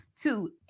Two